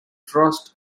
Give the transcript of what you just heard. frost